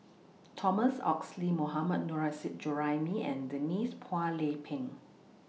Thomas Oxley Mohammad Nurrasyid Juraimi and Denise Phua Lay Peng